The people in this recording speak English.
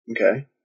Okay